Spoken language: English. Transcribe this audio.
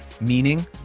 meaning